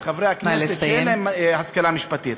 את חברי הכנסת שאין להם השכלה משפטית.